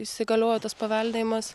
įsigaliojo tas paveldėjimas